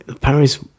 Paris